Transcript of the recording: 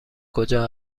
کجا